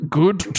good